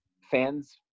fans